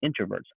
introverts